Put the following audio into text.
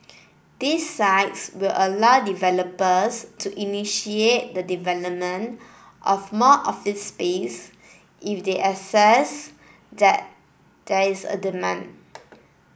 these sites will allow developers to initiate the development of more office space if they assess that there is a demand